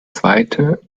zweite